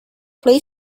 play